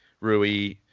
Rui